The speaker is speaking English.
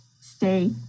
stay